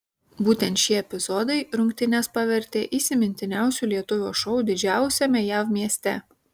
būtent šie epizodai rungtynes pavertė įsimintiniausiu lietuvio šou didžiausiame jav mieste